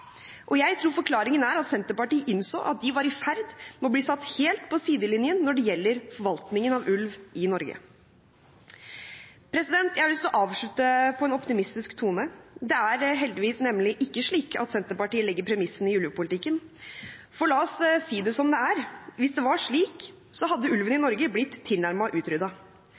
og jeg tror forklaringen er at Senterpartiet innså at de var i ferd med å bli satt helt på sidelinjen når det gjelder forvaltningen av ulv i Norge. Jeg har lyst til å avslutte i en optimistisk tone. Det er heldigvis nemlig ikke slik at Senterpartiet legger premissene i ulvepolitikken. For la oss si det som det er: Hvis det var slik, hadde ulven i Norge blitt